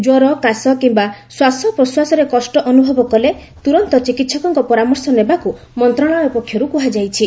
ଜ୍ୱର କାଶ କିମ୍ବା ଶ୍ୱାସପ୍ରଶ୍ୱାସରେ କଷ୍ଟ ଅନୁଭବ କଲେ ତ୍ରରନ୍ତ ଚିକିହକଙ୍କ ପରାମର୍ଶ ନେବାକୁ ମନ୍ତ୍ରଣାଳୟ ପକ୍ଷରୁ କୁହାଯାଇଛି